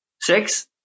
six